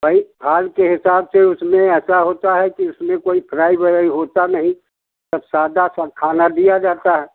थाल के हिसाब से उसमें ऐसा होता है कि उसमें कोई फ्राइ व्राइ होता नहीं सब सादा सा खाना दिया जाता है